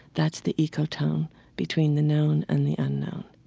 that's the ecotone between the known and the unknown